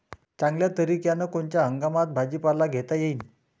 चांगल्या तरीक्यानं कोनच्या हंगामात भाजीपाला घेता येईन?